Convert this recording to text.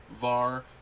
Var